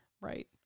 Right